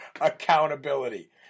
accountability